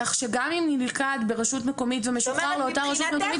כך שגם אם נלכד ברשות מקומית ומשוחרר לאותה רשות מקומית,